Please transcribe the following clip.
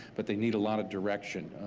but they need a lot of direction.